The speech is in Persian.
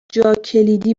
جاکلیدی